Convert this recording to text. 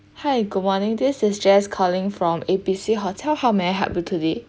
hi good morning this is jess calling from A B C hotel how may I help you today